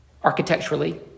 architecturally